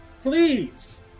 please